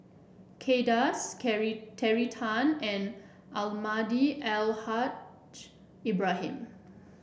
Kay Das Terry Tan and Almahdi Al Haj Ibrahim